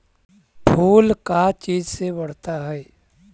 फूल का चीज से बढ़ता है?